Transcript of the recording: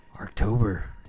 October